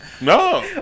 No